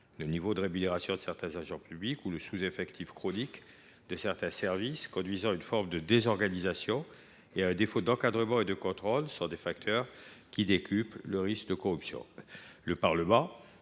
Le niveau de rémunération de certains personnels publics ou les situations de sous effectif chronique de certains services, qui conduisent à une forme de désorganisation et à un défaut d’encadrement et de contrôle, sont des facteurs qui décuplent le risque de corruption. Le Parlement,